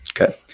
Okay